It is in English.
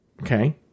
Okay